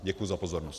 Děkuji za pozornost.